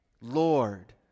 Lord